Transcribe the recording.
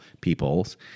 peoples